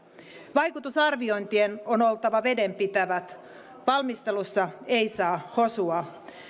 vaikutusarviointien on oltava vedenpitävät valmistelussa ei saa hosua